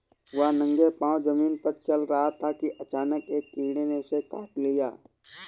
वह नंगे पांव जमीन पर चल रहा था कि अचानक एक कीड़े ने उसे काट लिया